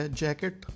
jacket